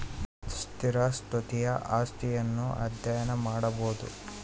ಸ್ಥಿರ ಸ್ವತ್ತಿನ ಆಸ್ತಿಯನ್ನು ಅಧ್ಯಯನ ಮಾಡಬೊದು